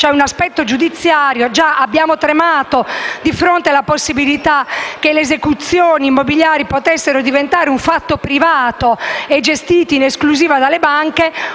Commissioni riunite. Abbiamo tremato di fronte alla possibilità che le esecuzioni immobiliari potessero diventare un fatto privato e gestito in esclusiva dalle banche.